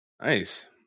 Nice